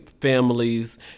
families